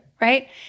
right